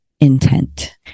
intent